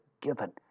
given